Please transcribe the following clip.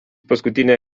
paskutinę